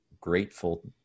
grateful